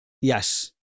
yes